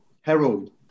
Harold